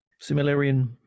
similarian